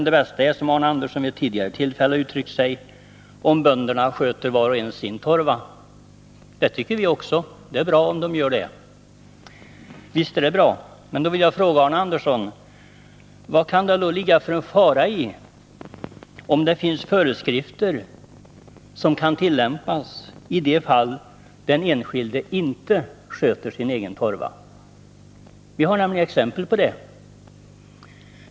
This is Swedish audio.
Det bästa är, som Arne Andersson vid ett tidigare tillfälle har uttryckt sig, om bönderna var och en sköter sin torva. Och visst är det bra. Men jag vill fråga Arne Andersson vilken fara det då kan ligga i att det finns föreskrifter som kan tillämpas i de fall den enskilde inte sköter sin torva. Vi har nämligen exempel på det.